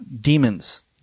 Demons